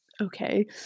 Okay